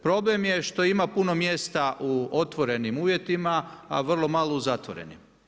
Problem je što ima puno mjesta u otvorenim uvjetima a vrlo malo u zatvorenim.